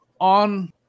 on